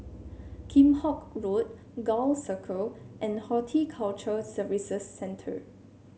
Kheam Hock Road Gul Circle and Horticulture Services Centre